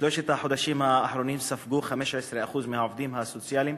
בשלושת החודשים האחרונים ספגו 15% מהעובדים הסוציאליים